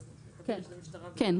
כן,